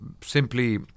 simply